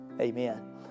Amen